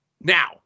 Now